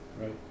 Right